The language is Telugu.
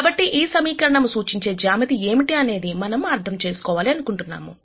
కాబట్టి ఈ సమీకరణము సూచించే జ్యామితి ఏమిటి అనేది మనము అర్థం చేసుకోవాలి అనుకుంటున్నాము